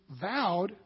vowed